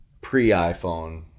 pre-iPhone